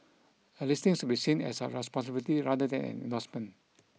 a listing should be seen as a responsibility rather than an endorsement